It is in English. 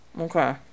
Okay